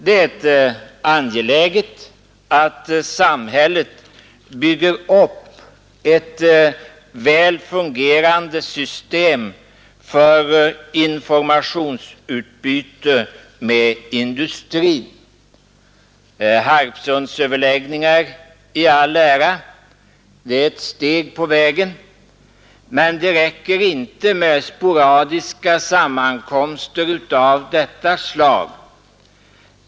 Det är angeläget att samhället bygger upp ett väl fungerande system för informationsutbyte med industrin. Harpsundsöverläggningar i all ära — de är ett steg på vägen — men det räcker inte med sporadiska sammankomster av detta slag.